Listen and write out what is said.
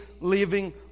living